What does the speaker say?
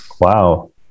Wow